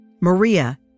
Maria